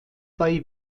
bei